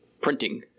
printing